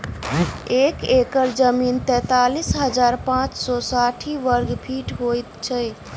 एक एकड़ जमीन तैँतालिस हजार पाँच सौ साठि वर्गफीट होइ छै